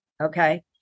okay